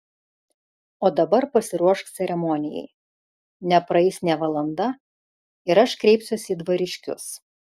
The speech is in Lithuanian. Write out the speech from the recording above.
o dabar pasiruošk ceremonijai nepraeis nė valanda ir aš kreipsiuosi į dvariškius